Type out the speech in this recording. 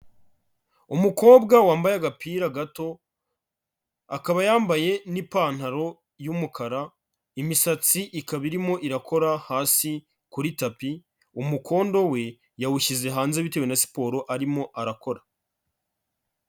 Umukobwa wambaye agapira gato, akaba yambaye n'ipantaro y'umukara imisatsi ikaba irimo irakora hasi kuri tapi, umukondo we yawushyize hanze bitewe na siporo arimo arakora.